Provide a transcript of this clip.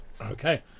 okay